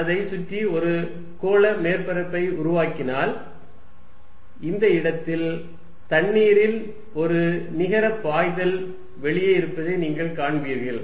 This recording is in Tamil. நான் அதைச் சுற்றி ஒரு கோள மேற்பரப்பை உருவாக்கினால் இந்த இடத்தில் தண்ணீரின் ஒரு நிகர பாய்தல் வெளியே இருப்பதை நீங்கள் காண்கிறீர்கள்